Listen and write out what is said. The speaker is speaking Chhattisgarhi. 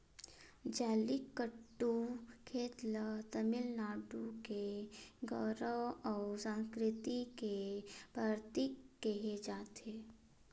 जल्लीकट्टू खेल ल तमिलनाडु के गउरव अउ संस्कृति के परतीक केहे जाथे